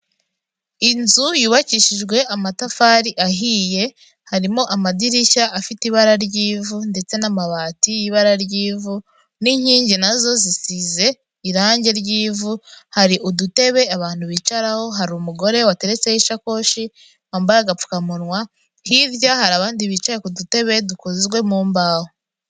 Inzu yubakishijwe amatafari ahiye harimo amadirishya afite ibara ry'ivu ndetse n'amabati y'ibara ry'ivu, n'inkingi nazo zisize irangi ry'ivu, hari udutebe abantu bicaraho, hari umugore wateretseho ishakoshi wambaye agapfukamunwa, hirya hari abandi bicaye ku dutebe dukozwe mu mbaho.